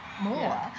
more